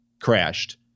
crashed